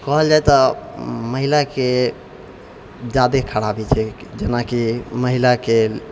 कहल जाय तऽ महिलाकेँ ज्यादे खराबी छै जेनाकि महिलाकेँ